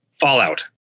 Fallout